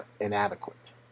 inadequate